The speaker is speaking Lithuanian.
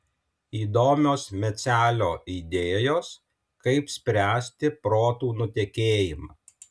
įdomios mecelio idėjos kaip spręsti protų nutekėjimą